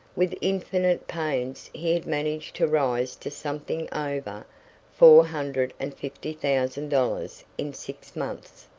with infinite pains he had managed to rise to something over four hundred and fifty thousand dollars in six months.